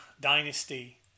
Dynasty